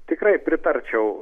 tikrai pritarčiau